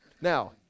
Now